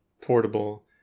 portable